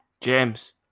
James